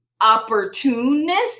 opportunist